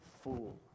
fool